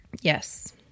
Yes